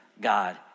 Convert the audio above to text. God